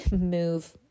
move